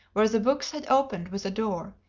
where the books had opened with a door,